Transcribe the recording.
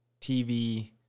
TV